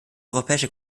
europäische